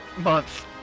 months